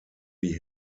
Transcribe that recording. die